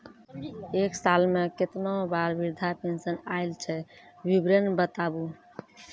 एक साल मे केतना बार वृद्धा पेंशन आयल छै विवरन बताबू?